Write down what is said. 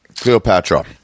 Cleopatra